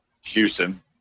Houston